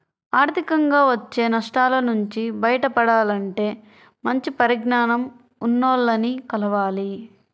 ఆర్థికంగా వచ్చే నష్టాల నుంచి బయటపడాలంటే మంచి పరిజ్ఞానం ఉన్నోల్లని కలవాలి